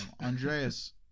Andreas